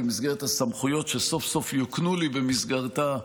במסגרת הסמכויות שסוף-סוף יוקנו לי במסגרתה,